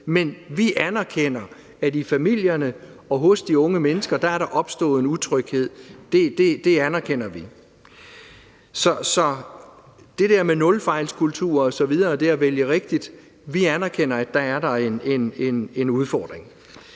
Men vi anerkender, at der i familierne og hos de unge mennesker er opstået en utryghed – det anerkender vi – så hvad angår det der med nulfejlskultur og det at vælge rigtigt osv., anerkender vi, at der er en udfordring.